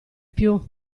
più